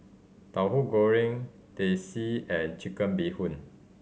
Tauhu Goreng Teh C and Chicken Bee Hoon